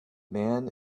man